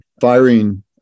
firing